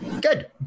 Good